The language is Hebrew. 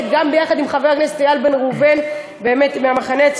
באמת, גם היועצת המשפטית, גם המתמחה.